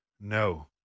no